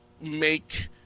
make